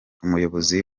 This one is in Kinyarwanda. umuyobozi